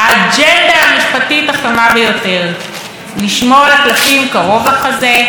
האג'נדה המשפטית החמה ביותר היא לשמור על הקלפים קרוב לחזה,